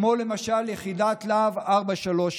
כמו למשל יחידת להב 433,